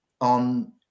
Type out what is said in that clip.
on